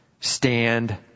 stand